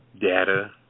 data